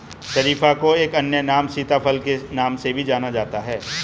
शरीफा को एक अन्य नाम सीताफल के नाम से भी जाना जाता है